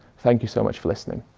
thank you so much for listening.